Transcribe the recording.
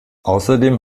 außerdem